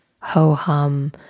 ho-hum